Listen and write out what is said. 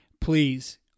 Please